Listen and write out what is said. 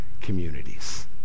communities